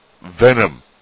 Venom